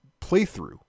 playthrough